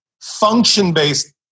function-based